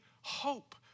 hope